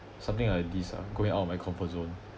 something like this uh going out of my comfort zone